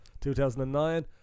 2009